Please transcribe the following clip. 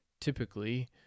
typically